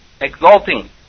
exalting